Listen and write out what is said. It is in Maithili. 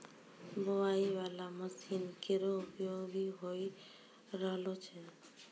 बोआई बाला मसीन केरो प्रयोग भी होय रहलो छै